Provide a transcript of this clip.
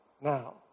now